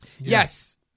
Yes